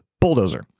bulldozer